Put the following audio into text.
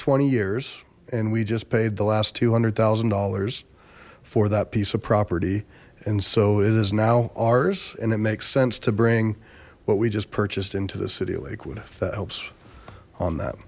twenty years and we just paid the last two hundred thousand dollars for that piece of property and so it is now ours and it makes sense to bring what we just purchased into the city lake would have that helps on that